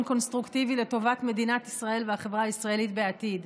קונסטרוקטיבי לטובת מדינת ישראל והחברה הישראלית בעתיד.